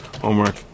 homework